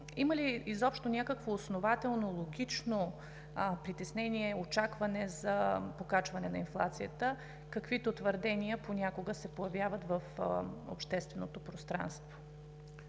има ли изобщо някакво основателно, логично притеснение, очакване за покачване на инфлацията, каквито твърдения понякога се появяват в общественото пространство?